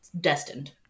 destined